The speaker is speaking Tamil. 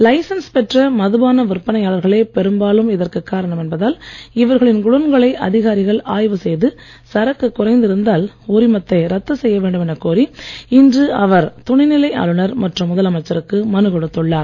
லைசன்ஸ் பெற்ற மதுபான விற்பனையாளர்களே பெரும்பாலும் இதற்கு காரணம் என்பதால் இவர்களின் குடோன்களை அதிகாரிகள் ஆய்வு செய்து சரக்கு குறைந்திருந்தால் உரிமத்தை ரத்து செய்ய வேண்டும் எனக் கோரி இன்று அவர் துணைநிலை ஆளுநர் மற்றும் முதலமைச்சருக்கு மனு கொடுத்துள்ளார்